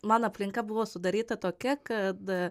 man aplinka buvo sudaryta tokia kad